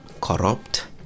corrupt